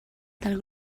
del